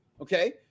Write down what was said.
okay